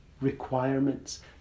requirements